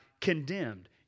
condemned